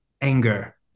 anger